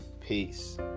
Peace